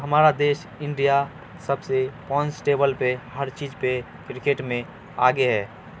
ہمارا دیش انڈیا سب سے پائنٹس ٹیبل پہ ہر چیز پہ کرکٹ میں آگے ہے